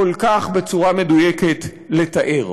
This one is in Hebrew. בצורה כל כך מדויקת לתאר.